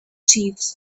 chiefs